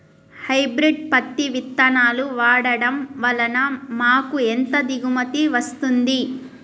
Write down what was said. Hybrid పత్తి విత్తనాలు వాడడం వలన మాకు ఎంత దిగుమతి వస్తుంది?